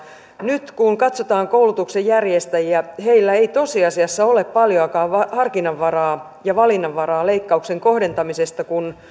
nyt kun katsotaan koulutuksenjärjestäjiä heillä ei tosiasiassa ole paljonkaan harkinnanvaraa ja valinnanvaraa leikkauksen kohdentamisesta kun